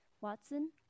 Watson